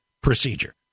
procedure